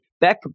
Beck